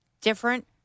different